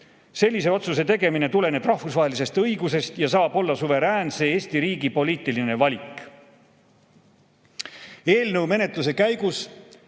Sellise otsuse tegemine tuleneb rahvusvahelisest õigusest ja saab olla suveräänse Eesti riigi poliitiline valik. Eelnõu menetluse käigus